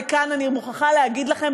וכאן אני מוכרחה להגיד לכם,